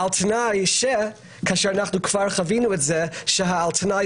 אלה נתונים שרק הולכים ומתחזקים ככל שהתחלואה ממשיכה לעלות.